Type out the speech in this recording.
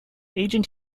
agent